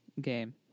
game